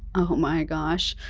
oh my gosh.